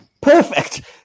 Perfect